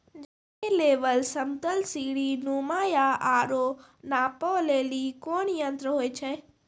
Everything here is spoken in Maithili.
जमीन के लेवल समतल सीढी नुमा या औरो नापै लेली कोन यंत्र होय छै?